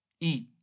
eat